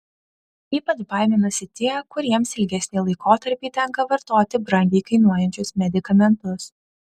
ypač baiminasi tie kuriems ilgesnį laikotarpį tenka vartoti brangiai kainuojančius medikamentus